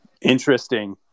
Interesting